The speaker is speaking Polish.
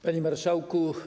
Panie Marszałku!